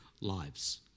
lives